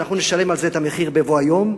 אנחנו נשלם על זה את המחיר בבוא היום,